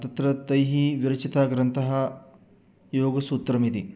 तत्र तैः विरचितग्रन्थः योगसूत्रमिति